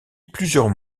plusieurs